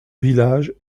village